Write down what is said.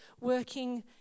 working